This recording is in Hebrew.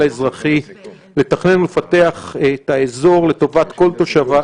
האזרחי לתכנן ולפתח את האזור לטובת כל תושביו,